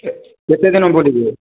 କେତେ ଦିନ ବୁଲିଯିବେ